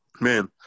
Man